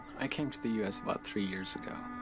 i came to the us about three years ago,